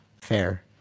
fair